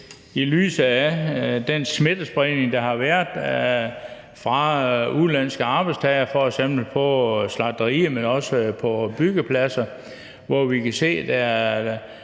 i lyset af den smittespredning, der har været fra udenlandske arbejdstagere, f.eks. på slagterierne, men også på byggepladser, hvor vi kan se, at